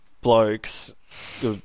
blokes